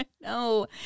No